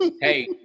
hey